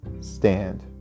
stand